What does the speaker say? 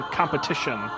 competition